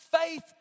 faith